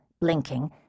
blinking